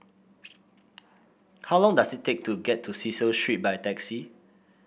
how long does it take to get to Cecil Street by taxi